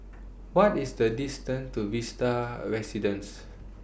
What IS The distance to Vista Residences